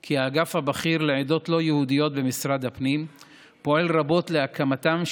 כי האגף הבכיר לעדות לא יהודיות במשרד הפנים פועל רבות להקמתם,